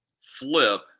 flip